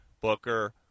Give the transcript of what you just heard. Booker